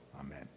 amen